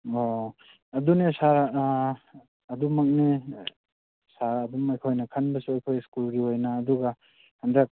ꯑꯣ ꯑꯗꯨꯅꯦ ꯁꯥꯔ ꯑꯗꯨꯃꯛꯅꯦ ꯁꯥꯔ ꯑꯗꯨꯝ ꯑꯩꯈꯣꯏꯅ ꯈꯟꯕꯁꯨ ꯑꯩꯈꯣꯏ ꯁ꯭ꯀꯨꯜꯒꯤ ꯑꯣꯏꯅ ꯑꯗꯨꯒ ꯍꯟꯗꯛ